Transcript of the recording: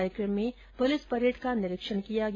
कार्यकम में police parade का निरीक्षण किया गया